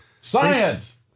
Science